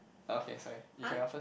okay sorry you carry on first